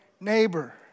neighbor